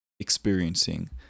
Experiencing